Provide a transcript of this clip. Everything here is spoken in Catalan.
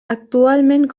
actualment